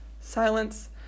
Silence